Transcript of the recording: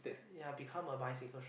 ya become a bicycle shop